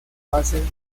fases